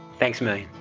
thanks, man